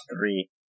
three